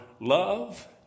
love